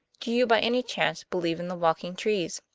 do you, by any chance, believe in the walking trees?